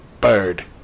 bird